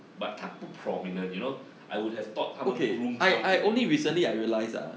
but 他不 prominent you know I would have thought 他们 groom 他 to be